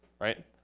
right